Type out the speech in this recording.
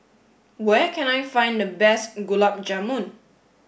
where can I find the best Gulab Jamun